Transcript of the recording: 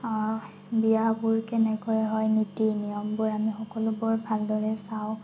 বিয়াবোৰ কেনেকৈ হয় নীতি নিয়মবোৰ আমি সকলোবোৰ ভালদৰে চাওঁ